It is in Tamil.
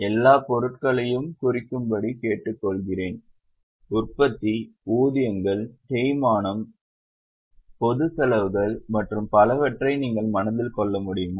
எல்லா பொருட்களையும் குறிக்கும்படி கேட்டுக்கொள்கிறேன் உற்பத்தி ஊதியங்கள் தேய்மானம் பொதுச் செலவுகள் மற்றும் பலவற்றை நீங்கள் மனதில் கொள்ள முடியுமா